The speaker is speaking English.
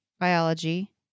biology